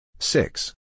Six